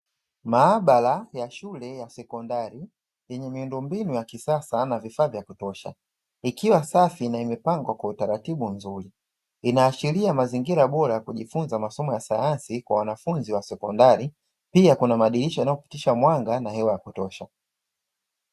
Maabara ya shule ya sekondari yenye miundombinu ya kisasa na vifaa vya kutosha ikiwa safi na imepangwa kwa utaratibu mzuri. Inaashiria mazingira bora kujifunza masomo ya sayansi kwa wanafunzi wa sekondari, pia kuna madirisha yanayopitisha mwanga na hewa ya kutosha.